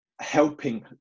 helping